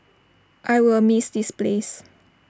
I will miss this place